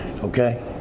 Okay